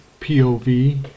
POV